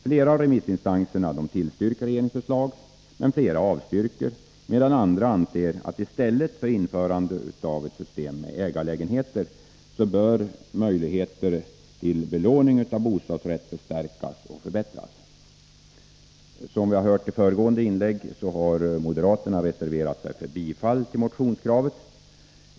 Flera av remissinstanserna tillstyrker utredningens förslag, men flera avstyrker medan andra anser att i stället för införande av ett system med ägarlägenheter bör möjligheterna till belåning av bostadsrätt förstärkas och förbättras. Som vi har hört i föregående inlägg har moderaterna reserverat sig för bifall till motionskravet.